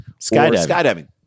skydiving